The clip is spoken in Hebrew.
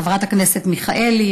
חברת הכנסת מיכאלי,